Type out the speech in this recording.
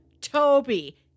Toby